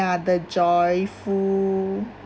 the joyful